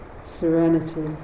serenity